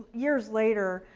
years later,